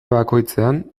bakoitzean